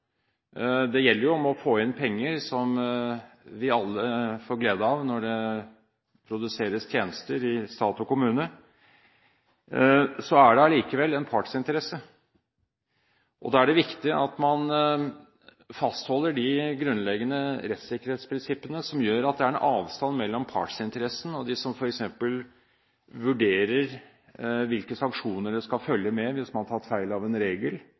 det gjelder jo å få inn penger som vi alle får glede av når det produseres tjenester i stat og kommune – er det likevel en partsinteresse. Da er det viktig at man fastholder de grunnleggende rettssikkerhetsprinsippene som gjør at det er en avstand mellom partsinteressen og de som f.eks. vurderer hvilke sanksjoner det skal følge med hvis man har tatt feil av en regel